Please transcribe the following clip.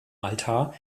altar